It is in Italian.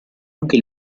anche